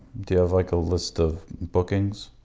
do you have like a list of bookings?